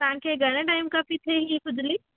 तव्हांखे घणे टाइम खां थी थिए हीअ खुजली